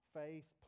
faith